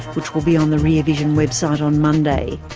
which will be on the rear vision website on monday.